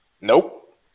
nope